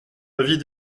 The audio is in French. avis